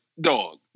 dog